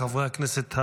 חברי הכנסת